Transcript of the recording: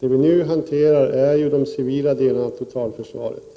Det vi nu behandlar är ju de civila delarna av totalförsvaret.